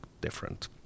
different